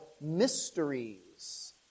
mysteries